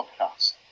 podcast